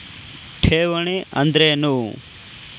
ಠೇವಣಿ ಅಂದ್ರೇನು?